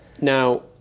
Now